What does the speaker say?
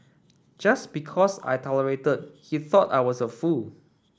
just because I tolerated he thought I was a fool